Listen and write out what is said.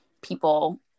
people